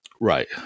Right